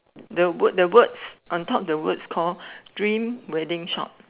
the word the words on top the words call dream wedding shop